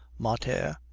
mater.